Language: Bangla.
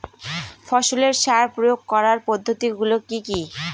ফসলের সার প্রয়োগ করার পদ্ধতি গুলো কি কি?